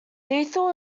lethal